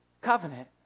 covenant